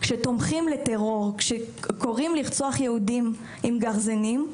כשתומכים בטרור, כשקוראים לרצוח יהודים עם גרזנים.